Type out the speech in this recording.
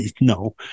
No